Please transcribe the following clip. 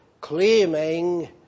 claiming